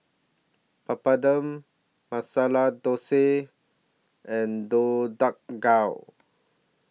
Papadum Masala Dosa and Deodeok Gui